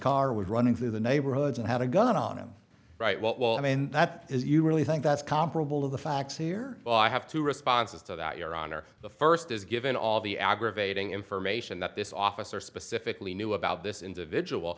car was running through the neighborhoods and had a gun on him right well i mean that is you really think that's comparable of the facts here but i have two responses to that your honor the first is given all the aggravating information that this officer specifically knew about this individual